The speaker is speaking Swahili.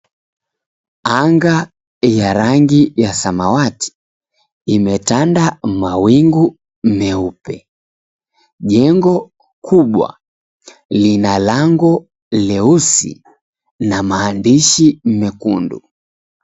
Anga ya rangi ya samawati imetanda mawingu meupe, jengo kubwa lina lango leusi na maandishi mekundu.